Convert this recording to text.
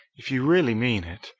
if you really mean it,